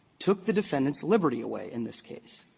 took the defendants' liberty away in this case.